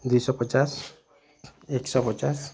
ଦୁଇଶହ ପଚାଶ ଏକଶହ ପଚାଶ